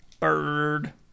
Bird